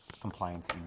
compliance